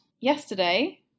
yesterday